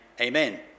amen